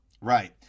Right